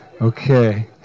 Okay